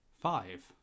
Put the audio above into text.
five